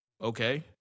okay